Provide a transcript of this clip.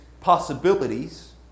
possibilities